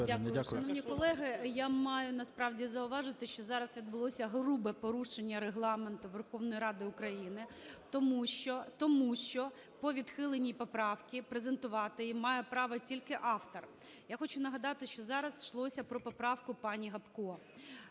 Дякую. Шановні колеги, я маю насправді зауважити, що зараз відбулося грубе порушення Регламенту Верховної Ради України, тому що, тому що по відхиленій поправці презентувати її має право тільки автор. Я хочу нагадати, що зараз йшлося про поправку пані Гопко.